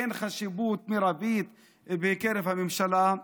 אין חשיבות מרבית בקרב הממשלה?